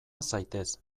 zaitez